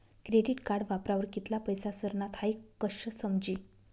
credit card वापरावर कित्ला पैसा सरनात हाई कशं समजी